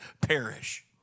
perish